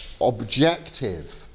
Objective